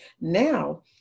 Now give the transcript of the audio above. Now